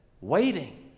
waiting